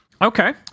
Okay